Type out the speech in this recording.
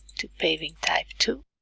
to paving type two